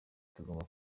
tugomba